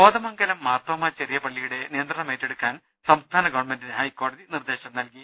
കോതമംഗലം മാർത്തോമ്മ ചെറിയ പള്ളിയുടെ നിയന്ത്രണം ഏറ്റെടുക്കാൻ സംസ്ഥാന ഗവൺമെന്റിന് ഹൈക്കോടതി നിർദേശം നൽകി